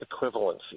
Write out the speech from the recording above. equivalency